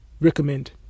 recommend